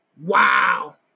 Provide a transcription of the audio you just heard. Wow